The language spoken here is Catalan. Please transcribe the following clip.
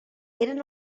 eren